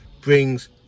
brings